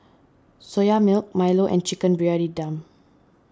Soya Milk Milo and Chicken Briyani Dum